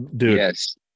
Yes